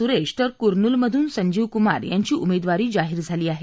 सुरेश तर कुरनूल मधून संजीव कुमार यांची उमेदवारी जाहीर करण्यात आली आहे